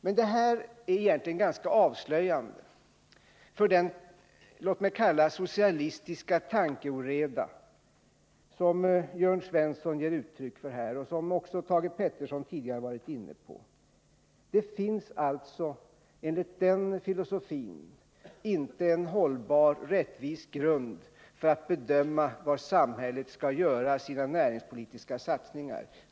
Men det här är egentligen ganska avslöjande för, låt mig kalla det, den socialistiska tankeoreda som Jörn Svensson ger uttryck för och som också Thage Peterson tidigare varit inne på. Det finns alltså enligt den filosofin inte en hållbar rättvis grund för att bedöma var samhället skall göra sina näringspolitiska satsningar.